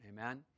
Amen